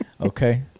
Okay